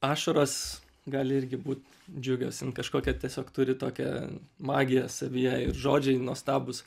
ašaros gali irgi būt džiugios jin kažkokią tiesiog turi tokią magiją savyje ir žodžiai nuostabūs